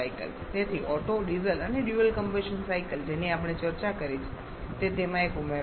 તેથી Otto Diesel અને dual combustion cycle જેની આપણે ચર્ચા કરી છે તે તેમાં એક ઉમેરો છે